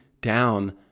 down